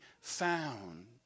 found